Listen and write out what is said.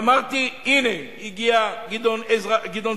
אמרתי: הנה מגיע גדעון סער,